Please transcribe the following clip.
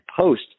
post